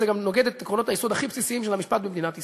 וזה גם נוגד את עקרונות היסוד הכי בסיסיים של המשפט במדינת ישראל.